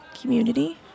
community